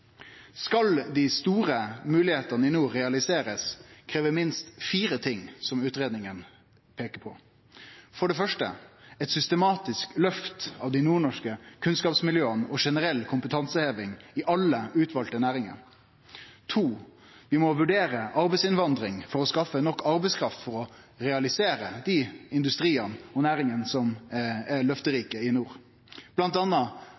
Skal dei store moglegheitene i nord realiserast, krev det minst fire ting, som utgreiinga peiker på: Eit systematisk løft av dei nordnorske kunnskapsmiljøa og generell kompetanseheving i alle utvalde næringar. Vi må vurdere arbeidsinnvandring for å skaffe nok arbeidskraft for å realisere dei industriane og næringane som er